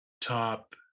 top